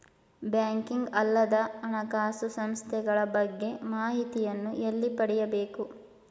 Banking ಅಲ್ಲದ ಹಣಕಾಸು ಸಂಸ್ಥೆಗಳ ಬಗ್ಗೆ ಮಾಹಿತಿಯನ್ನು ಎಲ್ಲಿ ಪಡೆಯಬೇಕು?